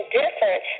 different